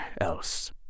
else